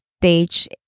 stage